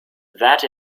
that